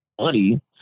money